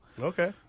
Okay